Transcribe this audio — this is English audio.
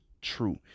true